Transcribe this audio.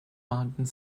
mountain